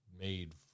made